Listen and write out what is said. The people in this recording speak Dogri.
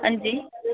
हंजी